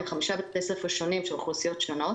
עם 5 בתי ספר שונים של אוכלוסיות שונות.